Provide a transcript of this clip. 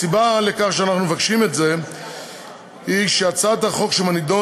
הסיבה לכך שאנחנו מבקשים את זה היא שהצעת החוק שבנדון